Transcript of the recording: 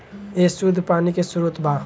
ए शुद्ध पानी के स्रोत बा